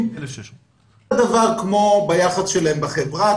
הוא אותו דבר כמו היחס שלהם בחברה.